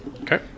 Okay